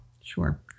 sure